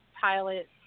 Pilot